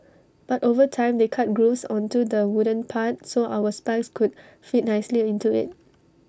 but over time they cut grooves onto the wooden part so our spikes could fit nicely into IT